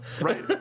right